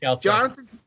Jonathan